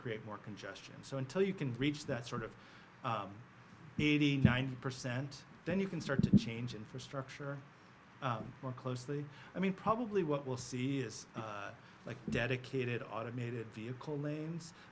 create more congestion so until you can reach that sort of needy ninety percent then you can start to change infrastructure more closely i mean probably what we'll see is like a dedicated automated vehicle lanes